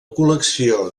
col·lecció